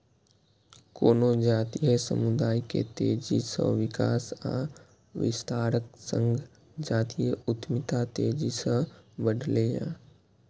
कोनो जातीय समुदाय के तेजी सं विकास आ विस्तारक संग जातीय उद्यमिता तेजी सं बढ़लैए